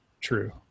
true